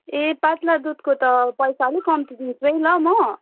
ए पत्ला दुधको त पैसा अलिक कम्ती दिन्छु है ल म